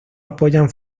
apoyan